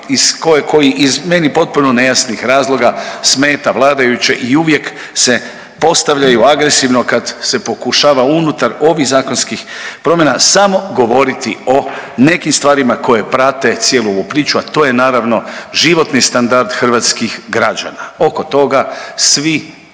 koji iz meni potpuno nejasnih razloga smeta vladajuće i uvijek se postavljaju agresivno kad se pokušava unutar ovih zakonskih promjena samo govoriti o nekim stvarima koje prate cijelu ovu priču, a to je naravno životni standard hrvatskih građana, oko toga svi